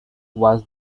was